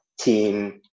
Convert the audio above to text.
team